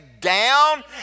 down